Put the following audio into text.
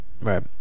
right